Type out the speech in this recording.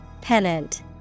Pennant